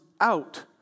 out